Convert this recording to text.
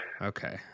Okay